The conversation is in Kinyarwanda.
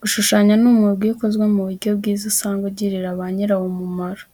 Gushushanya ni umwuga iyo ukozwe mu buryo bwiza usanga ugirira ba nyirawo umumaro,